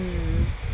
mm